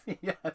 yes